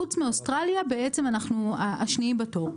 חוץ מאוסטרליה, אנחנו השניים בתור.